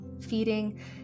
feeding